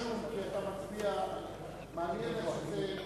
גם לי רשום, כי אתה מצביע, מעניין איך זה,